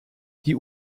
die